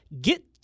Get